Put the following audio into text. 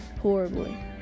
Horribly